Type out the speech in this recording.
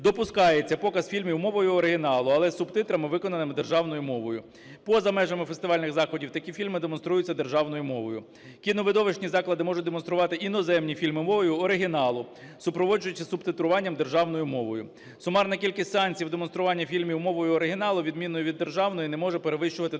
допускається показ фільмів мовою оригіналу, але з субтитрами виконаними державною мовою. Поза межами фестивальних заходів такі фільми демонструються державною мовою. Кіновидовищні заклади можуть демонструвати іноземні фільми мовою оригіналу, супроводжуючи субтитруванням державною мовою. Сумарна кількість санкцій у демонструванні фільмів мовою оригіналу, відмінною від державної, не може перевищувати 10 відсотків